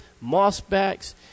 mossbacks